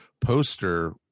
poster